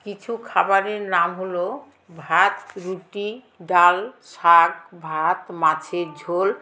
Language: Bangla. কিছু খাবারের নাম হলো ভাত রুটি ডাল শাক ভাত মাছের ঝোল